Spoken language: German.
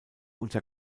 unter